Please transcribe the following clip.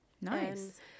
Nice